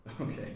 okay